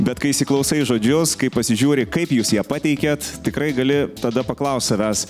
bet kai įsiklausai į žodžius kai pasižiūri kaip jūs ją pateikiat tikrai gali tada paklaust savęs